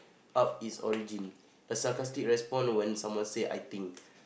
up its origin a sarcastic respond when someone say I think